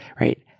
right